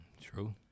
True